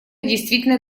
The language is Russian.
действительно